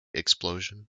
explosion